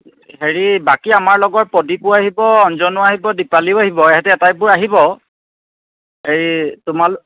হেৰি বাকী আমাৰ লগত প্ৰদীপো আহিব অঞ্জনো আহিব দীপালিও আহিব সিহঁতি আটাইবোৰ আহিব আৰু হেৰি তোমালোক